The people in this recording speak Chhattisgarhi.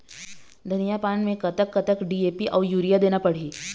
धनिया पान मे कतक कतक डी.ए.पी अऊ यूरिया देना पड़ही?